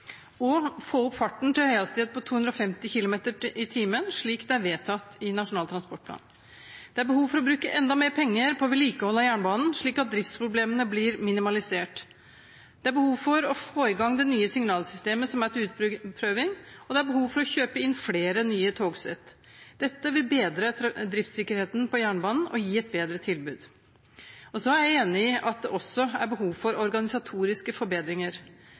og få opp farten til høyhastighet på 250 km/t, slik det er vedtatt i Nasjonal transportplan. Det er behov for å bruke enda mer penger på vedlikehold av jernbanen, slik at driftsproblemene blir minimalisert. Det er behov for å få i gang det nye signalsystemet, som er til utprøving. Og det er behov for å kjøpe inn flere nye togsett. Dette vil bedre driftssikkerheten på jernbanen og gi et bedre tilbud. Så er jeg enig i at det også er behov for organisatoriske forbedringer.